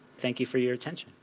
thank you for your attention.